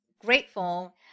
grateful